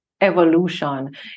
evolution